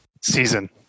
season